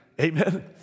amen